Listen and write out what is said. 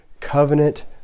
covenant